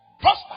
prosper